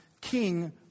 king